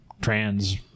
trans